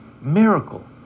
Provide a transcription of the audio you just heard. miracle